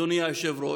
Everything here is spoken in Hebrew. אדוני היושב-ראש,